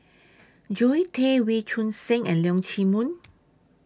Zoe Tay Wee Choon Seng and Leong Chee Mun